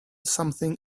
something